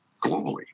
globally